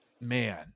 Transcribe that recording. man